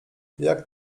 jak